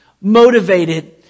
motivated